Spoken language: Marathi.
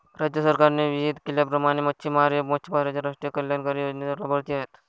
राज्य सरकारने विहित केल्याप्रमाणे मच्छिमार हे मच्छिमारांच्या राष्ट्रीय कल्याणकारी योजनेचे लाभार्थी आहेत